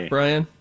Brian